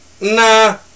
Nah